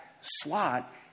slot